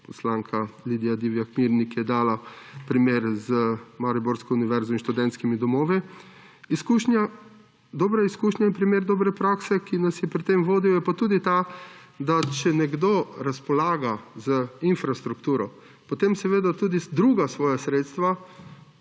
poslanka Lidija Divjak Mirnik je dala primer mariborske univerze in študentskih domov. Dobra izkušnja in primer dobre prakse, ki sta nas pri tem vodila, je pa tudi ta, da če nekdo razpolaga z infrastrukturo, potem seveda tudi druga svoja sredstva